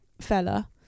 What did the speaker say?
fella